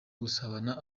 gusabana